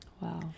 Wow